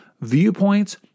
viewpoints